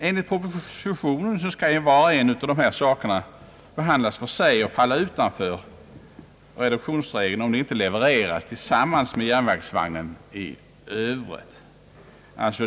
Enligt propositionen skall var och en av dessa saker behandlas för sig och falla utanför reduktionsregeln, om de inte levereras tillsammans med järnvägsvagnen i Övrigt.